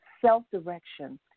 self-direction